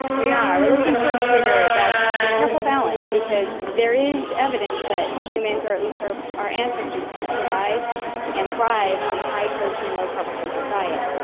we are, we're looking for a trigger that's a careful balance, because there is evidence that humans or at least our our ancestors could survive and thrive on a high protein, low carbohydrate diet.